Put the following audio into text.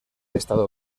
estado